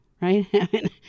right